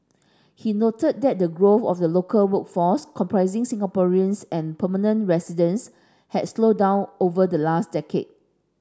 he noted that the growth of the local workforce comprising Singaporeans and permanent residents had slowed down over the last decade